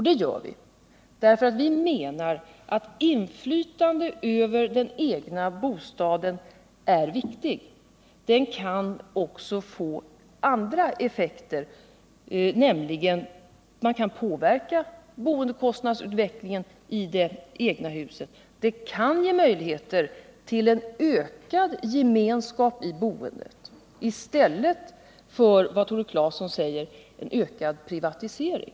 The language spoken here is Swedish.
Det gör vi för att vi menar att inflytande över den egna bostaden är viktigt. Det kan också få andra effekter, nämligen att man kan påverka boendekostnadsutvecklingen i det egna huset, det kan ge möjligheter till en ökad gemenskap i boendet i stället för, som Tore Claeson säger, en ökad privatisering.